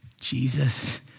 Jesus